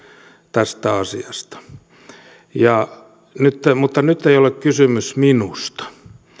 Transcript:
tästä asiasta mutta nyt ei ole kysymys minusta